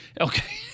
Okay